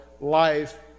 life